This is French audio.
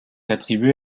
attribué